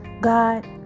God